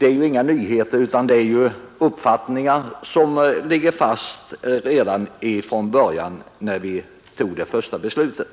ju inte är några nyheter utan utgör uppfattningar som legat fast sedan vi fattade det första beslutet.